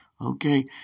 okay